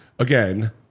Again